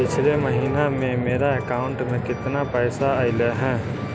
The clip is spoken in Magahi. पिछले महिना में मेरा अकाउंट में केतना पैसा अइलेय हे?